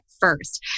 first